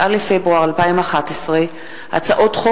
כהן, הצעת חוק